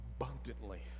abundantly